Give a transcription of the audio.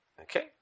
Okay